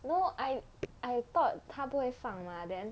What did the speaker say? no I I thought 他不会放 mah then